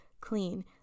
clean